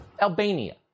Albania